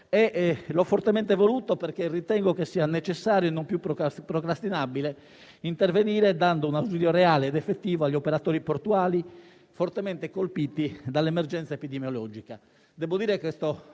alla Camera dei deputati, convinto che sia necessario e non più procrastinabile intervenire, dando un ausilio reale ed effettivo agli operatori portuali fortemente colpiti dall'emergenza epidemiologica.